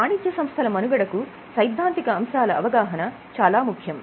వాణిజ్య సంస్థల మనుగడకు సైద్ధాంతిక అంశాల అవగాహన చాలా ముఖ్యం